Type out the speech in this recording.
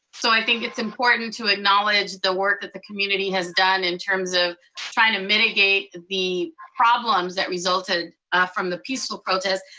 so i think it's important to acknowledge the work that the community has done in terms of trying to mitigate the problems that resulted from the peaceful protest.